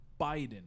Biden